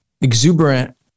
exuberant